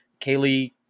Kaylee